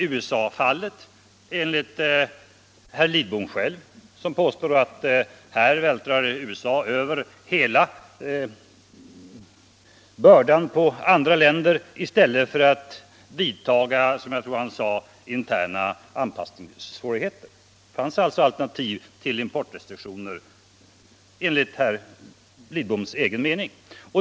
Herr Lidbom påstår att USA vältrar över hela bördan på andra länder i stället för att vidta interna anpassningsåtgärder. Det finns alltså alternativ till importrestriktionerna enligt herr Lidboms egen mening.